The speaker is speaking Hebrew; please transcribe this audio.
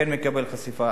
כן מקבל חשיפה,